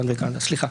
סליחה.